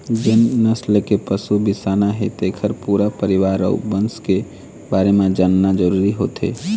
जेन नसल के पशु बिसाना हे तेखर पूरा परिवार अउ बंस के बारे म जानना जरूरी होथे